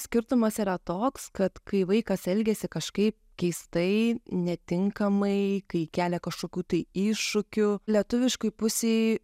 skirtumas yra toks kad kai vaikas elgiasi kažkaip keistai netinkamai kai kelia kažkokių tai iššūkių lietuviškai pusei